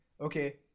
okay